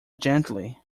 gently